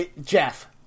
Jeff